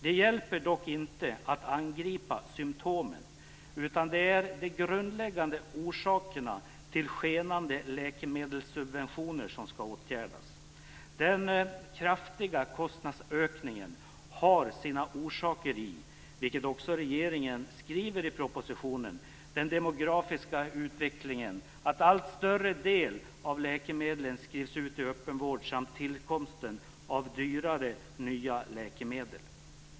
Det hjälper dock inte att angripa symtomen utan det är de grundläggande orsakerna till skenande läkemedelssubventioner som skall åtgärdas. Den kraftiga kostnadsökningen har sina orsaker i, vilket också regeringen skriver i propositionen, den demografiska utvecklingen, att allt större del av läkemedlen skrivs ut i öppenvård samt tillkomsten av dyrare nya läkemedel.